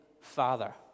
father